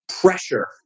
pressure